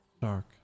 Dark